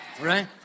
Right